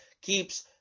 keeps